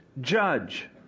judge